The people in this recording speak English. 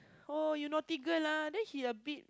oh you naughty girl ah then he a bit